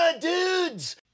dudes